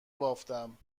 بافتم